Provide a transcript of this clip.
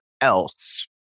else